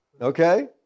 Okay